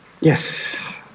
Yes